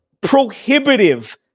prohibitive